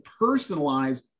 personalize